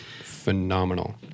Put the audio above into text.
phenomenal